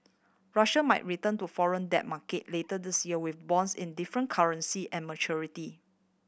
Russia might return to foreign debt market later this year with bonds in different currency and maturity